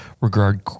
regard